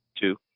Two